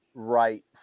right